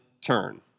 turn